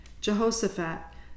Jehoshaphat